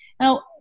Now